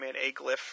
a-glyph